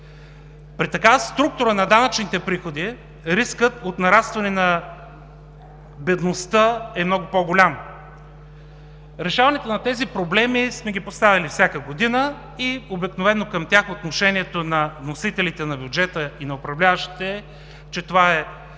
При такава структура на данъчните приходи рискът от нарастване на бедността е много по-голям. Решаването на тези проблеми сме поставяли всяка година и обикновено към тях отношението на вносителите на бюджета и на управляващите е, че това е